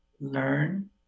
Learn